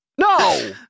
No